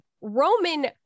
Roman